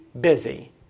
busy